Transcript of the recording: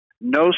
No